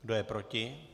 Kdo je proti?